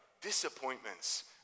Disappointments